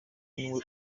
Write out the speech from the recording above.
niwe